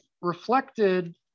reflected